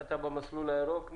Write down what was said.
אתה במסלול הירוק?